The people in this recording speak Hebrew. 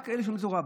רק אלה שלמדו תורה.